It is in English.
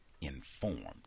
informed